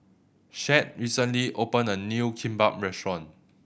Shad recently opened a new Kimbap Restaurant